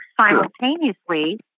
simultaneously